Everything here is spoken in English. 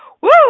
Woo